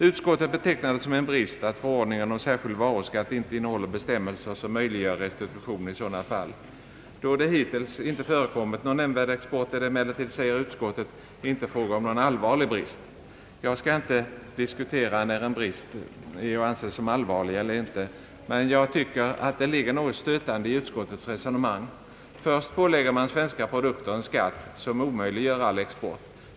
Utskottet betecknar det som en brist att förordningen om särskild varuskatt inte innehåller bestämmelser som möjliggör restitution i sådana fall. Då det hittills inte förekommit någon nämnvärd export, är det emellertid, säger utskottet, inte fråga om någon allvarlig brist. Jag skall inte diskutera när en brist är att anse som allvarlig eller inte, men jag tycker att det ligger något stötande i utskottets resonemang. Först pålägger man svenska produkter en skatt som omöjliggör all export.